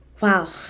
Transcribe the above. wow